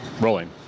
rolling